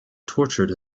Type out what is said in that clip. tortured